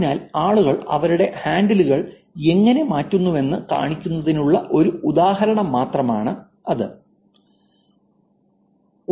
അതിനാൽ ആളുകൾ അവരുടെ ഹാൻഡിലുകൾ എങ്ങനെ മാറ്റുന്നുവെന്ന് കാണിക്കുന്നതിനുള്ള ഒരു ഉദാഹരണം മാത്രമാണ് അദ്ദേഹം